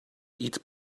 eats